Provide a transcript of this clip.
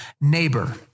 neighbor